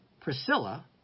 Priscilla